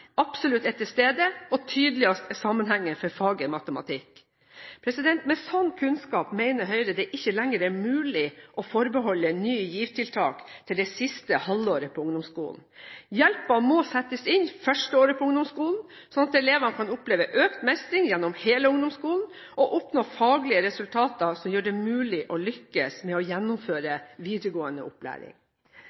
absolutt er tilfellet. Tydeligst var sammenhengen for faget matematikk. Med slik kunnskap mener Høyre det ikke lenger er mulig å forbeholde Ny GIV-tiltak til det siste halvåret på ungdomsskolen. Hjelpen må settes inn første året på ungdomsskolen, slik at elevene kan oppleve økt mestring gjennom hele ungdomsskolen, og oppnå faglige resultater som gjør det mulig å lykkes med å gjennomføre videregående opplæring.